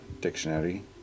dictionary